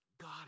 God